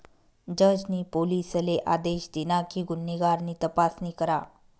जज नी पोलिसले आदेश दिना कि गुन्हेगार नी तपासणी करा